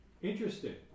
Interesting